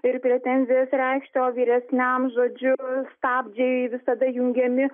ir pretenzijas reikšti o vyresniam žodžiu stabdžiai visada jungiami